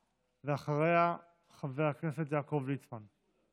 ואחריה, חבר הכנסת יעקב ליצמן.